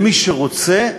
למי שרוצה,